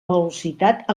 velocitat